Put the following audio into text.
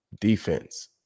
defense